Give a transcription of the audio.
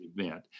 event